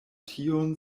tion